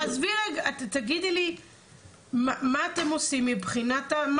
תגידי לי מה אתם עושים מבחינת מה